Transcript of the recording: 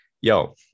yo